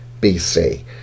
BC